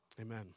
amen